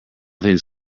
things